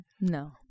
no